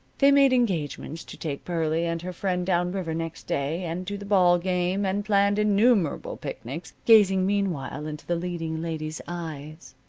they made engagements to take pearlie and her friend down river next day, and to the ball game, and planned innumerable picnics, gazing meanwhile into the leading lady's eyes.